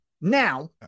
Now